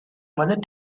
mother